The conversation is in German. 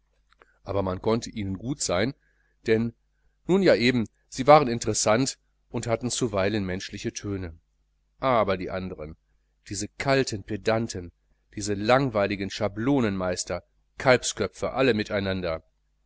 aber man konnte ihnen gut sein denn nun ja eben sie waren interessant und hatten zuweilen menschliche töne aber die andern diese kalten pedanten diese langweiligen schablonenmeister kalbsköpfe alle miteinander